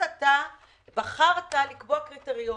בחרת לקבוע קריטריונים,